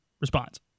response